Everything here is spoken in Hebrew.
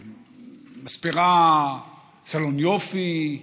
מספרה, סלון יופי,